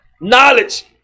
knowledge